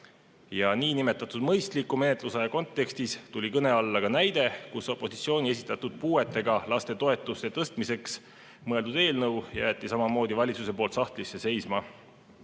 Niinimetatud mõistliku menetlusaja kontekstis tuli kõne alla ka näide, kus opositsiooni esitatud puuetega laste toetuste tõstmiseks mõeldud eelnõu jäeti samamoodi valitsuse poolt sahtlisse seisma.